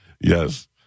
Yes